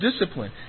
discipline